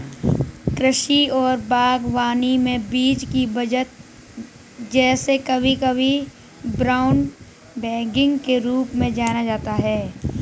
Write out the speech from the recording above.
कृषि और बागवानी में बीज की बचत जिसे कभी कभी ब्राउन बैगिंग के रूप में जाना जाता है